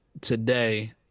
today